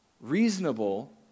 Reasonable